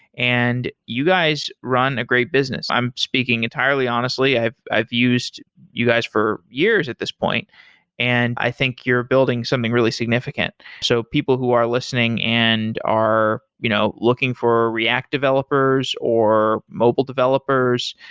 and you guys run a great business. i'm speaking entirely honestly. i've i've used you guys for years at this point and i think you're building something really significant. so people who are listening and are you know looking for react developers, or mobile developers,